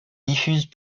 diffuse